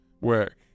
work